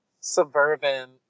suburban